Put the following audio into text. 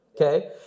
Okay